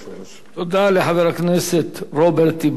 תודה לחבר הכנסת רוברט טיבייב.